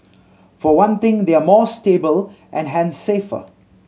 for one thing they are more stable and hence safer